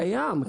קיים,